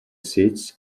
seats